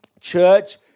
Church